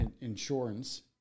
insurance